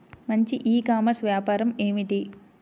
మంచి e commerce వ్యాపారం ఏమిటీ?